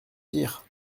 dire